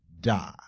die